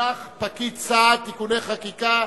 פקיד סעד (תיקוני חקיקה),